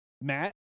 Matt